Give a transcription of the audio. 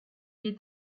est